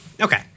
Okay